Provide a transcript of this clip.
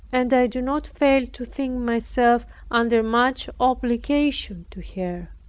and i do not fail to think myself under much obligation to her.